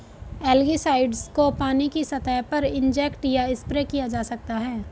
algicides को पानी की सतह पर इंजेक्ट या स्प्रे किया जा सकता है